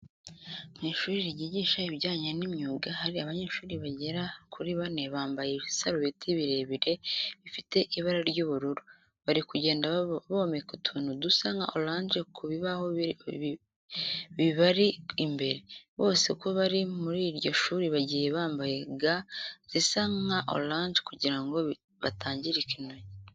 Mu ishuri ryigisha ibijyanye n'imyuga hari abanyeshuri bagera kuri bane bambaye ibisarubeti birebirere bifite ibara ry'ubururu, bari kugenda bomeka utuntu dusa nka oranje ku bibaho bibari imbere. Bose uko bari muri iryo shuri bagiye bambaye ga zisa nka oranje kugira ngo batangirika intoki.